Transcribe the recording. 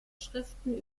schriften